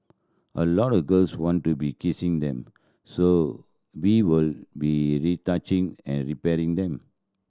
a lot of girls want to be kissing them so we will be retouching and repairing them